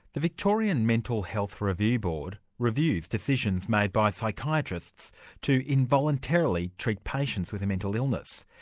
the victorian mental health review board reviews decisions made by psychiatrists to involuntarily treat patients with a mental illness.